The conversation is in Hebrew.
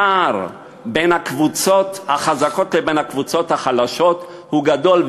הפער בין הקבוצות החזקות לבין הקבוצות החלשות הוא גדול.